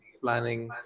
planning